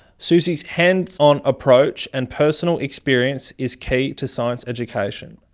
suzy's hands-on approach and personal experience is key to science education,